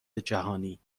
جهانی